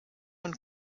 und